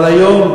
אבל היום,